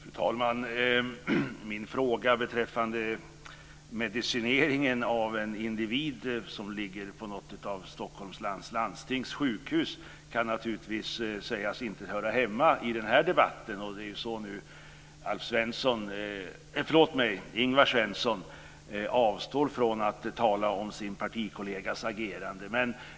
Fru talman! Min fråga beträffande medicineringen av en individ som ligger på något av Stockholms läns landstings sjukhus kan naturligtvis sägas inte höra hemma i den här debatten. På det sättet avstår Ingvar Svensson från att tala om sin partikollegas agerande.